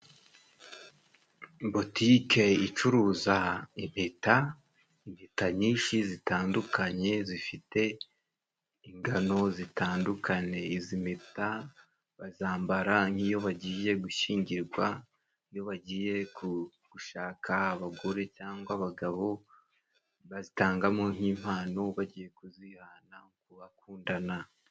Botique icuruza impeta, impeta nyinshi zitandukanye zifite ingano zitandukanye, izi mpeta bazambara nk'iyo bagiye gushyingirwa, iyo bagiye gushaka abagore cyangwa abagabo, bazitangamo nk'impano bagiye kuzihana mu bakundana.